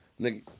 Nigga